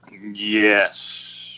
Yes